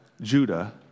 Judah